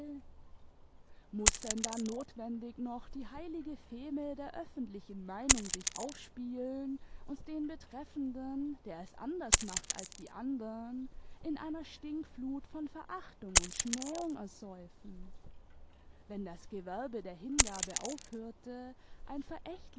muß denn da notwendig noch die heilige feme der öffentlichen meinung sich aufspielen und den betreffenden der es anders macht als die andern in einer stinkflut von verachtung und schmähung ersäufen wenn das gewerbe der hingabe aufhörte